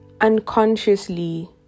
unconsciously